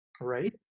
Right